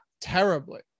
terribly